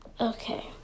Okay